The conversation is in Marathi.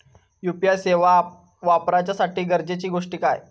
यू.पी.आय सेवा वापराच्यासाठी गरजेचे गोष्टी काय?